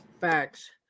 Facts